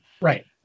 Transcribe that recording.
Right